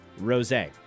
rosé